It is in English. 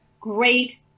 great